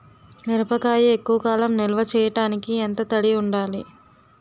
మిరపకాయ ఎక్కువ కాలం నిల్వ చేయటానికి ఎంత తడి ఉండాలి?